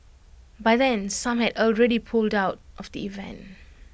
by then some had already pulled out of the event